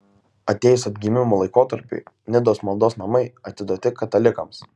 atėjus atgimimo laikotarpiui nidos maldos namai atiduoti katalikams